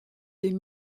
des